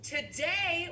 Today